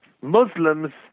Muslims